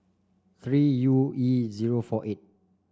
three U E zero four eight